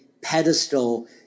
pedestal